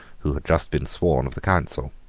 who had just been sworn of the council.